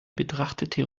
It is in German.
betrachtete